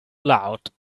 loud